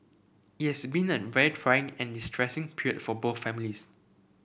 it has been a very trying and distressing period for both families